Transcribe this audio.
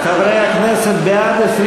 חברי הכנסת, 26 בעד,